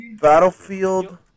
Battlefield